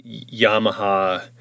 Yamaha